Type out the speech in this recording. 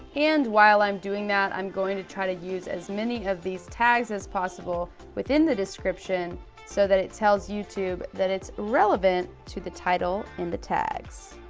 and while i'm doing that, i'm going to try to use as many of these tags as possible within the description so that it tells youtube that it's relevant to the title and the tags.